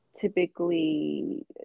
typically